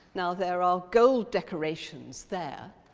now there are gold decorations there,